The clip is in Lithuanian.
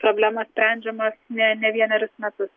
problemos sprendžiamos ne ne vienerius metus